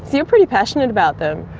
you're pretty passionate about them.